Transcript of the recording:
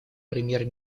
премьер